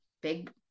big